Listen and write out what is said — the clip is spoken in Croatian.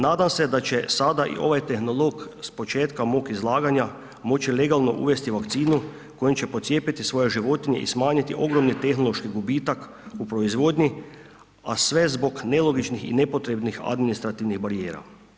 Nadam se da će sada i ovaj tehnolog s početka mog izlaganja moći legalno uvesti vakcinu kojom će pocijepiti svoje životinje i smanjiti ogromni tehnološki gubitak u proizvodnji, a sve zbog nelogičnih i nepotrebnih administrativnih barijera.